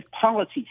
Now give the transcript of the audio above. policies